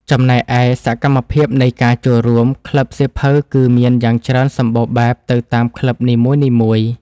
ចំណែកឯ សកម្មភាពនៃការចូលរួម ក្លឹបសៀវភៅគឺមានយ៉ាងច្រើនសម្បូរបែបទៅតាមក្លឹបនីមួយៗ។